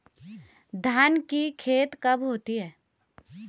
धान की खेती कब होती है?